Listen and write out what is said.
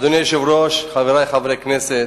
אדוני היושב-ראש, חברי חברי הכנסת,